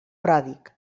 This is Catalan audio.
pròdig